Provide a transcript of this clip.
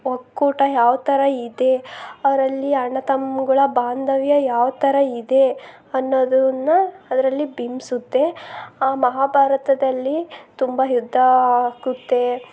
ಒಕ್ಕೂಟ ಯಾವ ಥರ ಇದೆ ಅವರಲ್ಲಿ ಅಣ್ಣತಮ್ಗಳ ಬಾಂಧವ್ಯ ಯಾವ ಥರ ಇದೆ ಅನ್ನೋದನ್ನ ಅದ್ರಲ್ಲಿ ಬಿಂಬಿಸುತ್ತೆ ಆ ಮಹಾಭಾರತದಲ್ಲಿ ತುಂಬ ಯುದ್ಧ ಆಗುತ್ತೆ